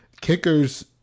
Kickers